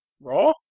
Raw